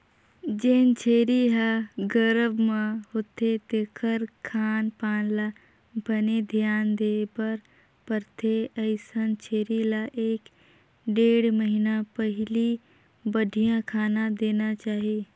जेन छेरी ह गरभ म होथे तेखर खान पान ल बने धियान देबर परथे, अइसन छेरी ल एक ढ़ेड़ महिना पहिली बड़िहा खाना देना चाही